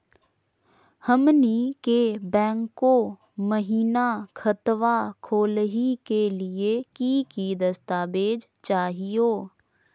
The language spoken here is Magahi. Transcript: हमनी के बैंको महिना खतवा खोलही के लिए कि कि दस्तावेज चाहीयो?